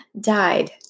died